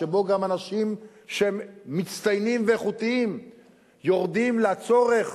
שבה גם אנשים שהם מצטיינים ואיכותיים יורדים לצורך,